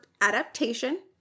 adaptation